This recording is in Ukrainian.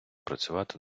працювати